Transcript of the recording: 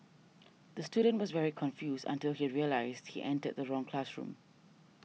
the student was very confused until he realised he entered the wrong classroom